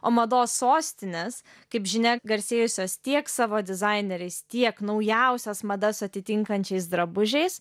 o mados sostinės kaip žinia garsėjusios tiek savo dizaineriais tiek naujausias madas atitinkančiais drabužiais